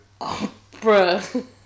Bruh